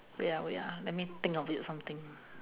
wait ah wait ah let me think of it something